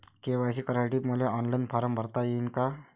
KYC करासाठी मले online form भरता येईन का?